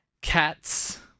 Cats